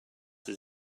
his